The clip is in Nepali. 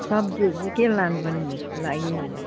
सब्जीहरू चाहिँ के लानुपर्ने भेजको लागि